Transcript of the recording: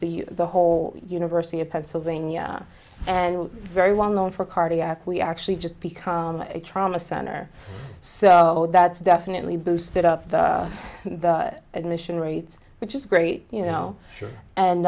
the the whole university of pennsylvania and very well known for cardiac we actually just become a trauma center so that's definitely boosted up the admission rates which is great you know and